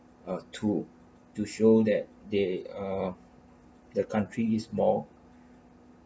uh to to show that they are the country is more